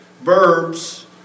verbs